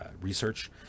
research